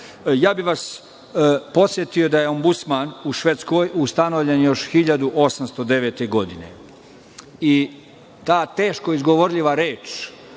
bih vas da je Ombudsman u Švedskoj ustanovljen još 1809. godine i ta teško izgovorljiva reč,